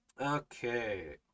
okay